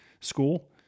School